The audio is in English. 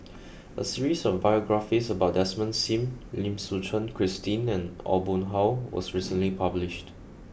a series of biographies about Desmond Sim Lim Suchen Christine and Aw Boon Haw was recently published